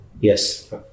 Yes